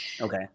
Okay